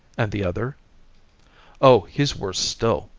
and the other oh, he's worse still.